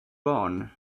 barn